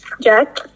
Jack